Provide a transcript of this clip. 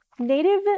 Native